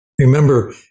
Remember